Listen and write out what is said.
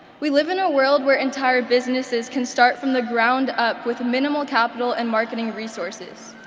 we live in a world where entire businesses can start from the ground up with minimal capital and marketing resources,